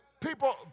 People